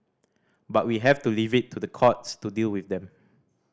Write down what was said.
but we have to leave it to the courts to deal with them